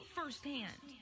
firsthand